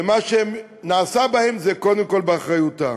ומה שנעשה בהם זה קודם כול באחריותה.